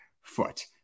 foot